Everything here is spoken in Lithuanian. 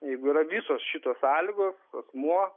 jeigu yra visos šitos sąlygos asmuo